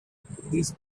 these